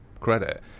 credit